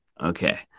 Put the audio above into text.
Okay